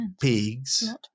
pigs